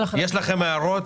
יש לכם הערות?